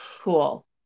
Cool